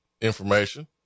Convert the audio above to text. information